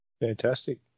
Fantastic